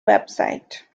website